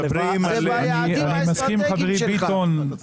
זה ביעדים האסטרטגיים שלך.